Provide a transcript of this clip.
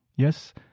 Yes